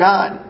God